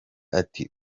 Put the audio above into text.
ati